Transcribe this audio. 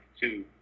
two